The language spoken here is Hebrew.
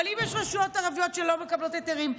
אבל אם יש רשויות ערביות שלא מקבלות היתרים,